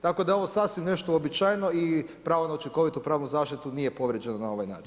Tako da je ovo sasvim nešto uobičajeno i pravo na učinkovitu pravnu zaštitu nije povrijeđeno na ovaj način.